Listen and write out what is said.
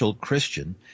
Christian